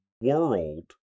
world